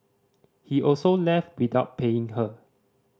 he also left without paying her